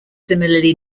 similarly